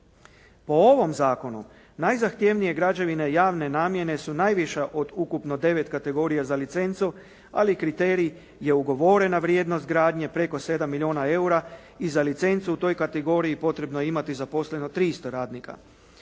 Po ovom zakonu, najzahtjevnije građevine javne namjene su najviša od ukupno 9 kategorija za licencu, ali kriterij je ugovorena vrijednost gradnje preko 7 milijuna eura i za licencu u toj kategoriji potrebno je imati zaposleno 300 radnika.